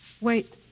wait